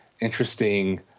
interesting